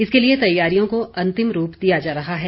इसके लिए तैयारियों को अंतिम रूप दिया जा रहा है